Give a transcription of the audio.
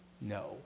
no